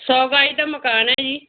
ਸੌ ਗਜ਼ ਦਾ ਮਕਾਨ ਹੈ ਜੀ